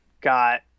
got